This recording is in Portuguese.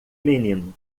menino